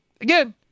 Again